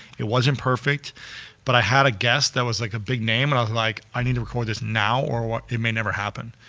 it wasn't perfect but i had a guest that was like a big name and i was like, i need to record this now or it may never happen.